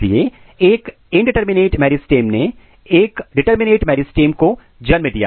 इसलिए एक अनिश्चित इंडिटरमिनेट मेरिस्टेम ने एक निर्धारित डिटरमिनेट मेरिस्टेम को जन्म दिया